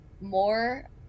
more